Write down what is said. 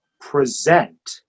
present